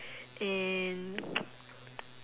and